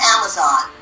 Amazon